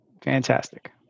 Fantastic